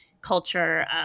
culture